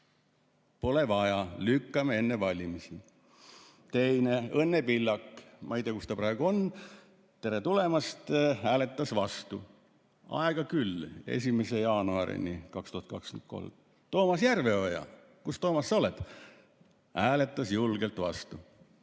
Pole vaja, lükkame [edasi] enne valimisi. Teine, Õnne Pillak. Ma ei tea, kus ta praegu on. Tere tulemast! Hääletas vastu, aega küll 1. jaanuarini 2023. Toomas Järveoja. Kus sa, Toomas, oled? Hääletas julgelt vastu.